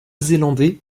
zélandais